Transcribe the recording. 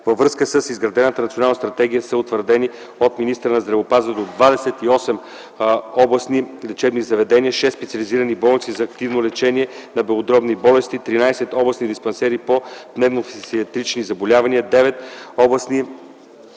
Във връзка с изградената Национална стратегия са утвърдени от министъра на здравеопазването 28 областни лечебни заведения – 6 специализирани болници за активно лечение на белодробни болести, 13 областни диспансери по пневмофтизиатрични заболявания, 9 областни